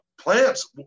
plants